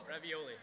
Ravioli